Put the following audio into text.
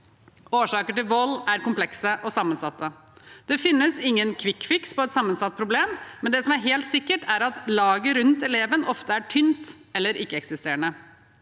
Årsaker til vold er komplekse og sammensatte. Det finnes ingen kvikkfiks på et sammensatt problem, men det som er helt sikkert, er at laget rundt eleven ofte er tynt eller ikke-eksisterende.